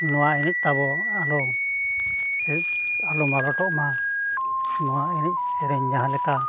ᱱᱚᱣᱟ ᱮᱱᱮᱡ ᱛᱟᱵᱚ ᱟᱞᱚ ᱥᱮ ᱟᱞᱚ ᱢᱟᱞᱚᱴᱚᱜ ᱢᱟ ᱱᱚᱣᱟ ᱮᱱᱮᱡ ᱥᱮᱨᱮᱧ ᱡᱟᱦᱟᱸ ᱞᱮᱠᱟ